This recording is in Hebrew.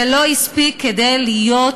זה לא הספיק כדי להיות